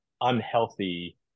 unhealthy